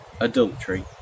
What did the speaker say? adultery